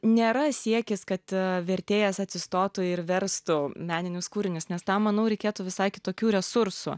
nėra siekis kad vertėjas atsistotų ir verstų meninius kūrinius nes tą manau reikėtų visai kitokių resursų